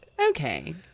Okay